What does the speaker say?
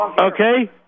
okay